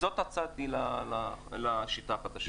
זו הצעתי לשיטה החדשה.